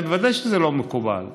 ודאי שזה לא מקובל,